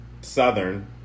southern